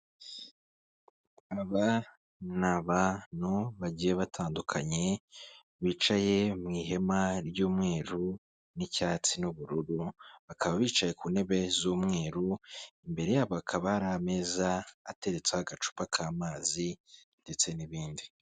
Aba ni abantu bagiye batandukanye bicaye mu ihema ry'umweru n'icyatsi n'ubururu, bakaba bicaye ku ntebe z'umweru, imbere yabo bakaba hari ameza ateretseho agacupa k'amazi ndetse n'ibindi.